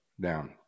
down